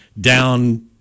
down